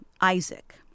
Isaac